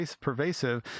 pervasive